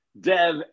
Dev